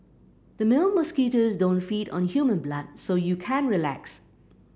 the male mosquitoes don't feed on human blood so you can relax